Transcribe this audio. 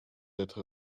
être